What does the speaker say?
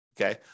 Okay